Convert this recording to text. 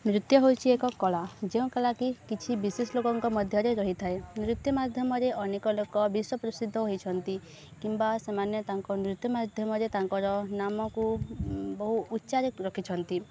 ନୃତ୍ୟ ହେଉଛି ଏକ କଳା ଯେଉଁ କଳା କି କିଛି ବିଶେଷ ଲୋକଙ୍କ ମଧ୍ୟରେ ରହିଥାଏ ନୃତ୍ୟ ମାଧ୍ୟମରେ ଅନେକ ଲୋକ ବିଶ୍ୱ ପ୍ରସିଦ୍ଧ ହୋଇଛନ୍ତି କିମ୍ବା ସେମାନେ ତାଙ୍କ ନୃତ୍ୟ ମାଧ୍ୟମରେ ତାଙ୍କର ନାମକୁ ବହୁ ଉଚ୍ଚାରେ ରଖିଛନ୍ତି